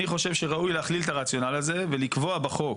אני חושב שראוי להכליל את הרציונל הזה ולקבוע בחוק,